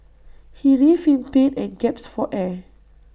he writhed in pain and gasped for air